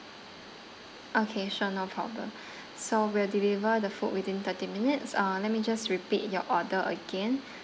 okay sure no problem so we'll deliver the food within thirty minutes uh let me just repeat your order again